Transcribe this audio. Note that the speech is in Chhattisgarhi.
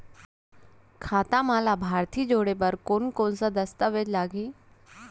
खाता म लाभार्थी जोड़े बर कोन कोन स दस्तावेज लागही?